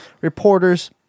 reporters